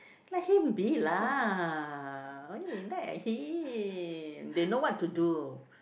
let him be lah why you nag at him they know what to do